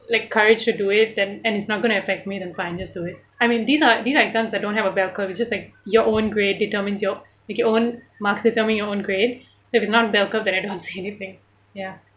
like courage to do it then and it's not going to affect me then fine just do it I mean these are these are exams that don't have a bell curve it's just like your own grade determines your like your own marks determine your own grade so if it's not a bell curve then I don't say anything ya